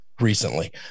recently